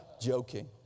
Joking